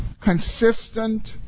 consistent